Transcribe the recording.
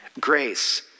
Grace